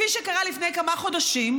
כפי שקרה לפני כמה חודשים,